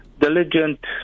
Diligent